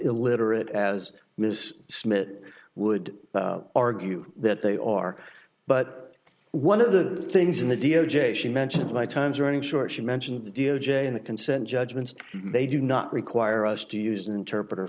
illiterate as ms smith would argue that they are but one of the things in the d o j she mentions my time's running short she mentions the d o j and consent judgments they do not require us to use an interpreter